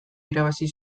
irabazi